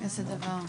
איזה דבר.